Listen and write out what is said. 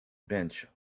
bench